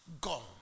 gone